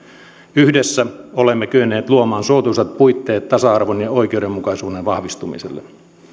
yhdessä olemme kyenneet luomaan suotuisat puitteet tasa arvon ja oikeudenmukaisuuden vahvistumiselle